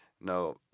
no